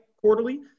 quarterly